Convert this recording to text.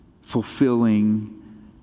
fulfilling